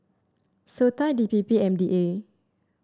SOTA D P P M D A